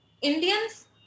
Indians